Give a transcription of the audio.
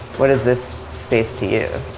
what is this space to you?